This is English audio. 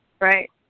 Right